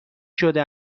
شده